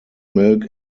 milk